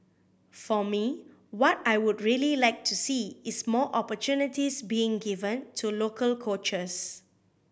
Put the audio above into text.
for me what I would really like to see is more opportunities being given to local coaches